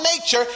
nature